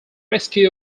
rescue